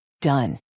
Done